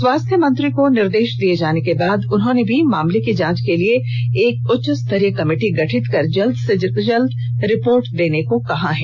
स्वास्थ्य मंत्री को निर्देश दिये जाने के बाद उन्होंने भी मामले की जांच के लिए एक उच्च स्तरीय कमेटी गठित कर जल्द से जल्द रिपोर्ट देने को कहा है